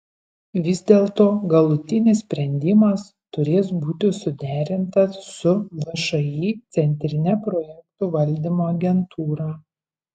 vis dėlto galutinis sprendimas turės būti suderintas su všį centrine projektų valdymo agentūra